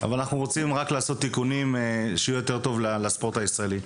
אנחנו רוצים לעשות תיקונים שיהיו טובים יותר לספורט הישראלי.